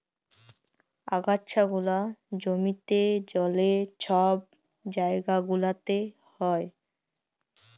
আগাছা গুলা জমিতে, জলে, ছব জাইগা গুলাতে হ্যয়